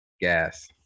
Gas